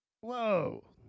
Whoa